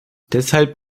deshalb